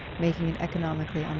making it economically um